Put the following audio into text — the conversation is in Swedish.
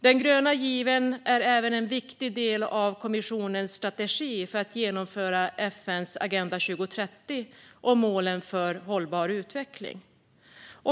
Den är även en viktig del av kommissionens strategi för att genomföra FN:s Agenda 2030 och målen för hållbar utveckling.